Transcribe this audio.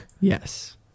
Yes